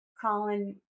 Colin